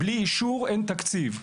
בלי אישור אין תקציב.